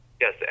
Yes